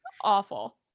Awful